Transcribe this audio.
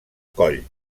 coll